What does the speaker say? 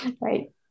right